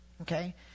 Okay